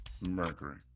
Mercury